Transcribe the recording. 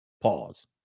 Pause